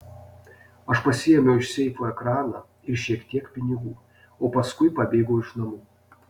aš pasiėmiau iš seifo ekraną ir šiek tiek pinigų o paskui pabėgau iš namų